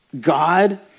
God